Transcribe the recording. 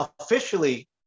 officially